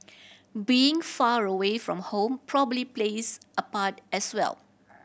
being far away from home probably plays a part as well